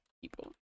People